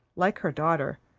like her daughter,